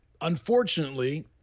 unfortunately